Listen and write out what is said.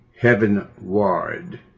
heavenward